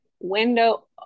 window